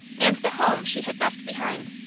and the home she had left behind.